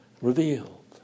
revealed